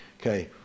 Okay